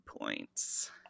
points